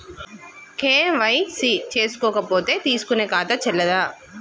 KYC చేసుకోకపోతే తీసుకునే ఖాతా చెల్లదా?